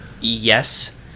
yes